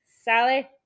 sally